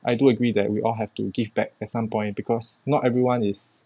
I do agree that we all have to give back at some point because not everyone is